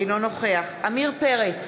אינו נוכח עמיר פרץ,